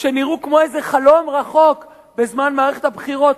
שנראו כמו איזה חלום רחוק בזמן מערכת הבחירות,